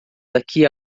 daqui